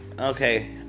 okay